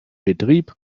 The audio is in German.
betrieb